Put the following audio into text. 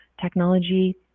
technology